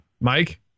Mike